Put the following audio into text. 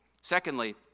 Secondly